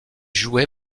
jouée